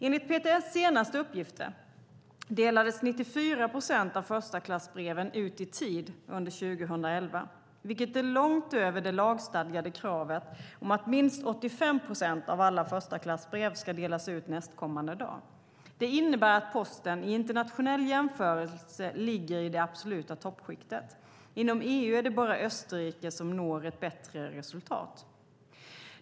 Enligt PTS senaste uppgifter delades 94 procent av förstaklassbreven ut i tid under 2011, vilket är långt över det lagstadgade kravet om att minst 85 procent av alla förstaklassbrev ska delas ut nästkommande dag. Det innebär att Posten i internationell jämförelse ligger i det absoluta toppskiktet. Inom EU är det bara Österrike som når ett bättre resultat.